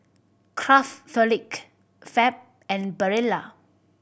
Craftholic Fab and Barilla